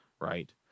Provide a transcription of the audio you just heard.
right